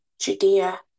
Judea